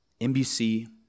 NBC